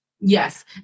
Yes